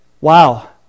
wow